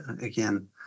again